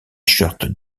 shirts